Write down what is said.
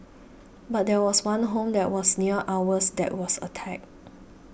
but there was one home that was near ours that was attacked